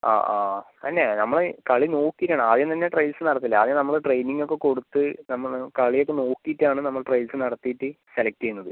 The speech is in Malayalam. ആ ആ അതന്നെ നമ്മൾ കളി നോക്കിയിട്ട് ആണ് ആദ്യം തന്നെ ട്രയൽസ് നടത്തില്ല ആദ്യം നമ്മൾ ട്രെയിനിംഗ് ഒക്കെ കൊടുത്ത് നമ്മൾ കളി ഒക്കെ നോക്കിയിട്ട് ആണ് നമ്മൾ ട്രയൽസ് നടത്തിയിട്ട് സെലക്ട് ചെയ്യുന്നത്